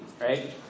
right